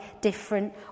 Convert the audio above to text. different